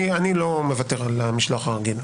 אני לא מוותר על המשלוח הרגיל,